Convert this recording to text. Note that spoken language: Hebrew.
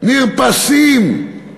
נרפסים.